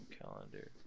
calendar